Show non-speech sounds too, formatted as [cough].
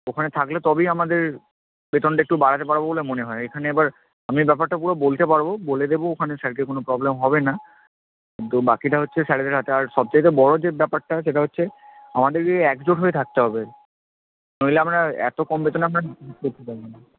ওখানে থাকলে তবেই আমাদের বেতনটা একটু বাড়াতে পারব বলে মনে হয় এখানে এবার আমি ব্যাপারটা পুরো বলতে পারব বলে দেবো ওখানে স্যারকে কোনো প্রবলেম হবে না কিন্তু বাকিটা হচ্ছে স্যারেদের হাতে আর সবচাইতে বড় যে ব্যাপারটা সেটা হচ্ছে আমাদেরকে একজোট হয়ে থাকতে হবে নইলে আমরা এত কম বেতনে আমরা [unintelligible] করতে পারব না